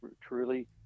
truly